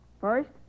first